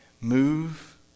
move